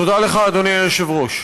תודה לך, אדוני היושב-ראש.